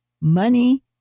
money